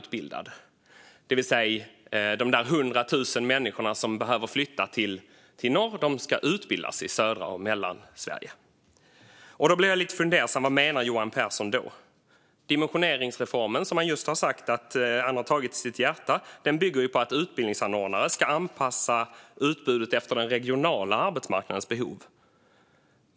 De 100 000 människor som behöver flytta till norr ska alltså utbildas i södra och mellersta Sverige. Vad menar Johan Pehrson med detta? Den dimensioneringsreform som han just har sagt att han har tagit till sitt hjärta bygger ju på att utbildningsanordnare ska anpassa utbudet efter den regionala arbetsmarknadens behov.